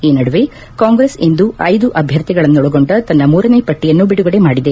ಈ ಮಧ್ಯೆ ಕಾಂಗ್ರೆಸ್ ಇಂದು ಐದು ಅಭ್ದರ್ಥಿಗಳನ್ನೊಳಗೊಂಡ ತನ್ನ ಮೂರನೇ ಪಟ್ಟಯನ್ನು ಬಿಡುಗಡೆ ಮಾಡಿದೆ